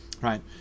right